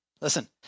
Listen